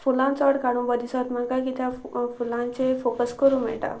फुलां चड काडूं बरें दिसता म्हाका कित्या फुलांचे फॉकस करूं मेळटा